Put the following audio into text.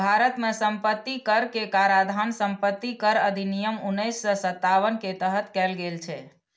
भारत मे संपत्ति कर के काराधान संपत्ति कर अधिनियम उन्नैस सय सत्तावन के तहत कैल गेल छै